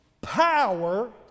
power